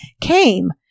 came